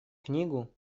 книгу